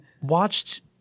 watched